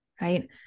right